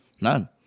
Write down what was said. None